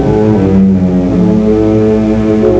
who